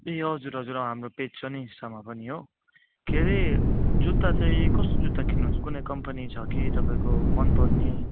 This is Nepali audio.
ए हजुर हजुर हाम्रो पेज छ नि इन्स्टामा पनि हो के रे जुत्ता चाहिँ कस्तो जुत्ता किन्नुहुन्छ कुनै कम्पनी छ कि तपाईँको मन पर्ने